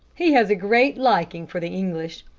he has a great liking for the english.